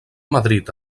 madrid